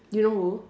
you know who